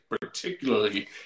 particularly